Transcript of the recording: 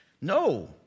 No